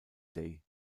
dei